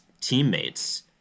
teammates